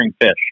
fish